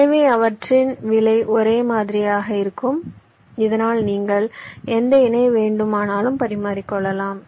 எனவே அவற்றின் விலை ஒரே மாதிரியாக இருக்கும் இதனால் நீங்கள் எந்த இணை வேண்டுமானாலும் பரிமாறிக்கொள்ளலாம்